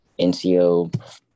NCO